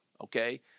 okay